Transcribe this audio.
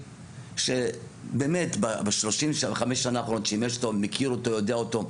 שבאמת ב-35 שנה האחרונות מכיר אותו, יודע אותו,